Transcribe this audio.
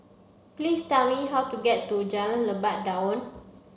please tell me how to get to Jalan Lebat Daun